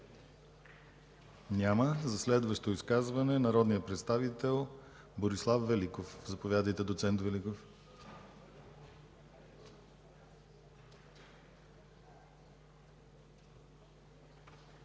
Няма. За следващо изказване – народният представител Борислав Великов. Заповядайте, доц. Великов. БОРИСЛАВ